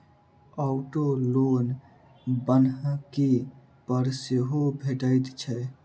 auto loan बन्हकी पर सेहो भेटैत छै